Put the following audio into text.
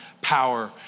power